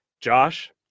Josh